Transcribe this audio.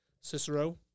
Cicero